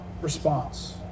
response